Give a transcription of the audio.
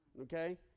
Okay